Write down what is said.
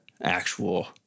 actual